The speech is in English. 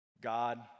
God